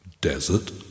desert